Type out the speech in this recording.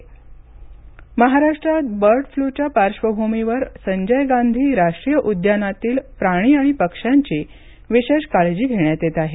संजय गांधी प्राणीसंग्रहालय महाराष्ट्रात बर्ड फ्लूच्या पार्श्वभूमीवर संजय गांधी राष्ट्रीय उद्यानातील प्राणी आणि पक्ष्यांची विशेष काळजी घेण्यात येत आहे